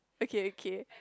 okay okay